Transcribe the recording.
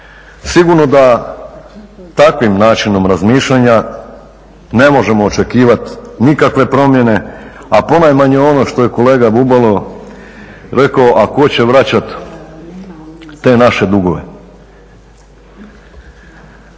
Sigurno da takvim načinom razmišljanja ne možemo očekivati nikakve promjene, a ponajmanje ono što je kolega Bubalo rekao, a tko će vraćati te naše dugove.